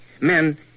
Men